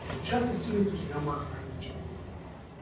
just as soon as there's no more crime and injustice in the world,